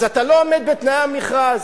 אז אתה לא עומד בתנאי המכרז.